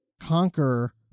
conquer